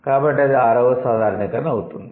కాబట్టి అది 6 వ సాధారణీకరణ అవుతుంది